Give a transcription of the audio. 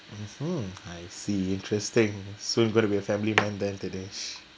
mm I see interesting soon going to be a family man then Dinesh